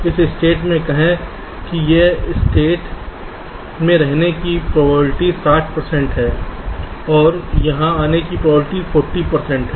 इस स्टेट से कहें कि इस स्टेट में रहने की प्रोबेबिलिटी 60 प्रतिशत है और यहां आने की प्रोबेबिलिटी का 40 प्रतिशत है